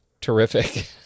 terrific